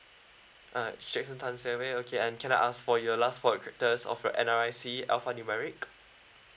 ah jackson tan sorry okay and can I ask for your last four characters of you N_R_I_C alpha numeric